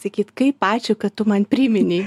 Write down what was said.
sakyt kaip ačiū kad tu man priminei